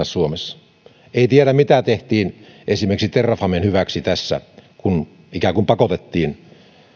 suomessa ei tiedä mitä tehtiin esimerkiksi transtechin hyväksi kun ikään kuin pakotettiin